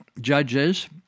judges